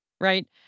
Right